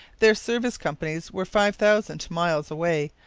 their service companies were five thousand miles away,